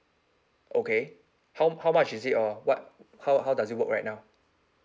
okay how how much is it or what how how does it work right now